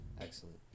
Excellent